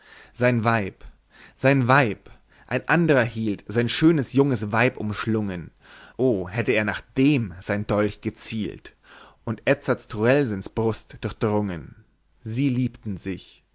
sein weib sein weib ein andrer hielt sein schönes junges weib umschlungen o hätte nach dem sein dolch gezielt und edzard truelsens brust durchdrungen sie liebten sich